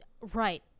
right